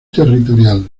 territorial